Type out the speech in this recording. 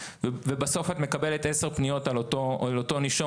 בסוף את מקבלת עשר פניות על אותו נישום